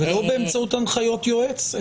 ולא באמצעות הנחיות יועץ,